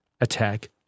attack